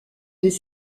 des